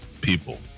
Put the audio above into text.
people